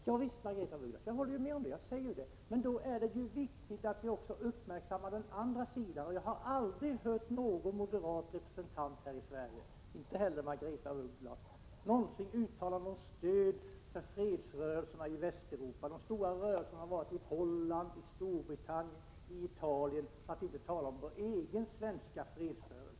Herr talman! Ja visst, Margaretha af Ugglas, jag säger ju att jag håller med om detta. Men då är det viktigt att ni också uppmärksammar den andra sidan, och jag har aldrig någonsin hört en representant för moderaterna här i Sverige inte heller Margaretha af Ugglas — uttala ett stöd för fredsrörelserna i Västeuropa. Jag syftar på de stora rörelserna i Holland, i Storbritannien, i Italien, för att inte tala om vår egen svenska fredsrörelse.